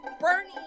Bernie